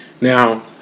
Now